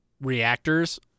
reactors